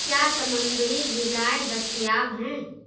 کیا سمندری غذائیں دستیاب ہیں